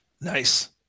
nice